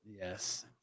Yes